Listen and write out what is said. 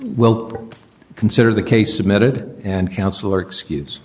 'll consider the case submitted and counselor excuse